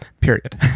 period